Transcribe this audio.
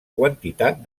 quantitat